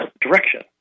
direction